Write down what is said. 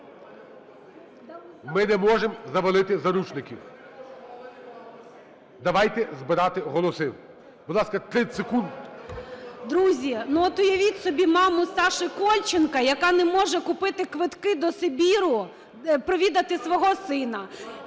Ми не можемо "завалити" заручників. Давайте збирати голоси. Будь ласка, 30 секунд. 13:14:18 ГЕРАЩЕНКО І.В. Друзі! Ну, от, уявіть собі маму Саші Кольченка, яка не може купити квитку до Сибіру, провідати свого сина.